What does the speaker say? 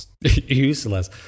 useless